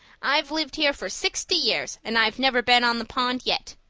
i've lived here for sixty years and i've never been on the pond yet.